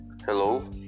Hello